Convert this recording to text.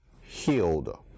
healed